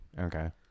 Okay